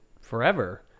forever